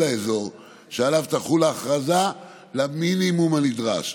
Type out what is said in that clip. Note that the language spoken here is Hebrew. האזור שעליו תחול ההכרזה למינימום הנדרש.